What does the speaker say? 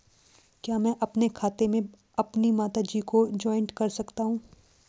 क्या मैं अपने खाते में अपनी माता जी को जॉइंट कर सकता हूँ?